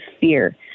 fear